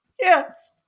Yes